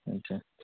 ଆଚ୍ଛା